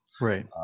Right